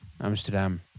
Amsterdam